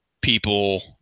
people